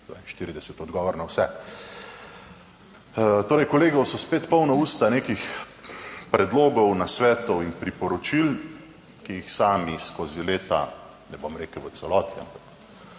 42 odgovor na vse … Torej, kolegov so spet polna usta nekih predlogov, nasvetov in priporočil, ki jih sami skozi leta, ne bom rekel v celoti,